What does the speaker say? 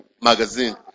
Magazine